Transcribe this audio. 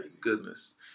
goodness